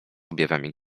objawami